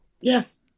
Yes